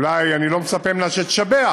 אולי אני לא מצפה ממנה שתשבח,